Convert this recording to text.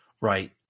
Right